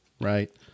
right